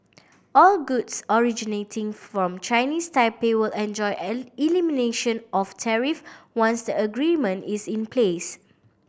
all goods originating from Chinese Taipei will enjoy elimination of tariffs once a agreement is in place